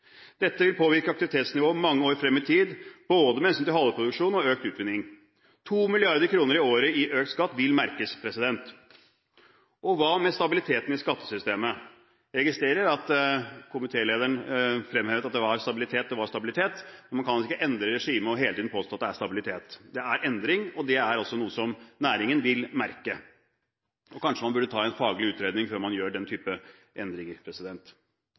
Dette vil påvirke aktivitetsnivået mange år frem i tid både med hensyn til haleproduksjon og økt utvinning. 2 mrd. kr i året i økt skatt vil merkes. Hva med stabiliteten i skattesystemet? Jeg registrerer at komitélederen fremhevet at det var stabilitet, men man kan vel ikke endre regimet og hele tiden påstå at det er stabilitet. Det er endring, og det er altså noe som næringen vil merke. Kanskje man burde foreta en faglig utredning før man gjør den type endringer.